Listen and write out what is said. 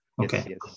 Okay